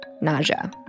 nausea